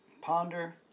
ponder